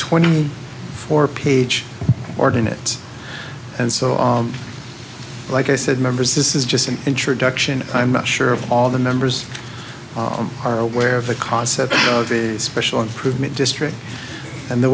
twenty four page ordinates and so on like i said members this is just an introduction i'm not sure of all the numbers are aware of the concept of a special improvement district and the